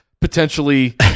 potentially